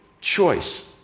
choice